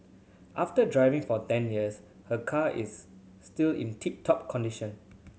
after driving for ten years her car is still in tip top condition